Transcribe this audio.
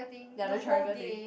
ya the triangle thing